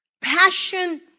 Passion